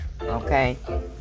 okay